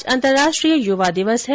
आज अंतर्राष्ट्रीय युवा दिवस है